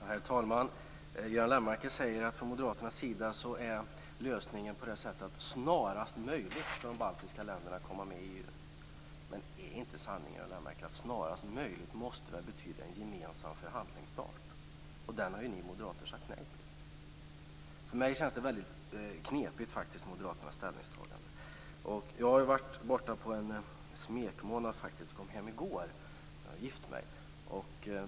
Herr talman! Göran Lennmarker säger att lösningen från Moderaternas sida är att de baltiska länderna "snarast möjligt" skall komma med i EU. Men är inte sanningen, Göran Lennmarker, att "snarast möjligt" måste betyda en gemensam förhandlingsstart? Och den har ni moderater sagt nej till! För mig känns Moderaternas ställningstagande väldigt knepigt. Jag har varit borta på smekmånad, och kom hem i går. Jag har nämligen gift mig.